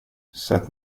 sätt